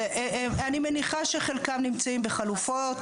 אני מניחה שחלקם נמצאים בחלופות,